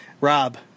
Rob